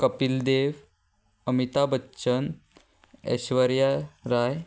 Kapil Dev Amitabh Bachchan Aishwarya Rai